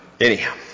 Anyhow